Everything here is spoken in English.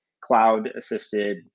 cloud-assisted